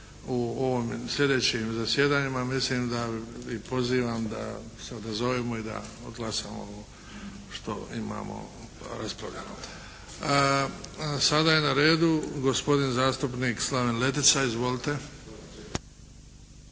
u ovim sljedećim zasjedanjima mislim da i pozivam da se odazovemo i da odglasamo ovo što imamo …/Govornik se ne razumije./… Sada je na redu gospodin zastupnik Slaven Letica. Izvolite.